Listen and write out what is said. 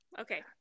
okay